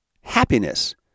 Happiness